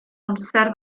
amser